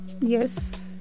Yes